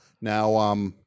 Now